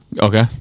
Okay